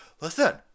Listen